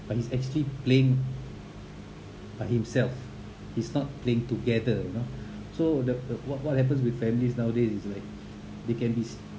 but he's actually playing by himself he's not playing together you know so the what what happens with families nowadays is like they can be s~